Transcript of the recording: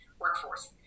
workforce